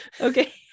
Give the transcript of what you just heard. Okay